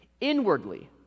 Inwardly